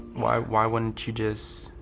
why why wouldn't you just.